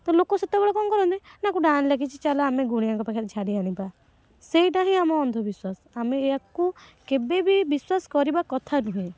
ତ ଲୋକ ସେତେବେଳେ କ'ଣ କରନ୍ତି ନା ଆକୁ ଡାହାଣୀ ଲାଗିଛି ଚାଲ ଆମେ ଗୁଣିଆଙ୍କ ପାଖରେ ଝାଡ଼ି ଆଣିବା ସେଇଟା ହିଁ ଆମ ଅନ୍ଧବିଶ୍ୱାସ ଆମେ ଏଇଆକୁ କେବେ ବି ବିଶ୍ୱାସ କରିବା କଥା ନୁହେଁ